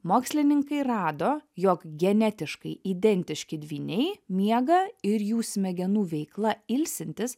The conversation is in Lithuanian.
mokslininkai rado jog genetiškai identiški dvyniai miega ir jų smegenų veikla ilsintis